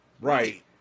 right